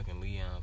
Leon